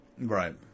right